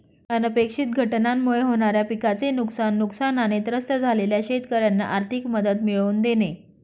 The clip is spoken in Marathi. अनपेक्षित घटनांमुळे होणाऱ्या पिकाचे नुकसान, नुकसानाने त्रस्त झालेल्या शेतकऱ्यांना आर्थिक मदत मिळवून देणे